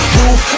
roof